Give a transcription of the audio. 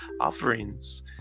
offerings